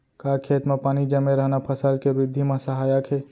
का खेत म पानी जमे रहना फसल के वृद्धि म सहायक हे?